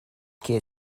que